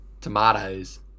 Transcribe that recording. Tomatoes